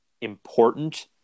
important